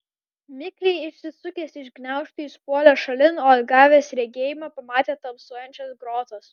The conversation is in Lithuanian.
mikliai išsisukęs iš gniaužtų jis puolė šalin o atgavęs regėjimą pamatė tamsuojančias grotas